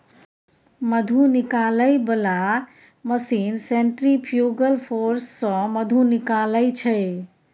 मधु निकालै बला machine centrifugal force सँ मधु निकालै छै